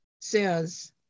says